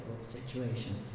situation